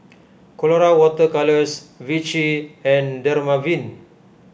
Colora Water Colours Vichy and Dermaveen